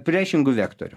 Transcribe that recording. priešingu vektoriu